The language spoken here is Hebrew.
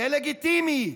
זה לגיטימי.